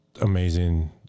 amazing